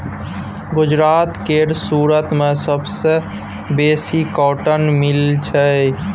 गुजरात केर सुरत मे सबसँ बेसी कॉटन मिल छै